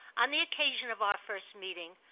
on the occasion of our first meeting,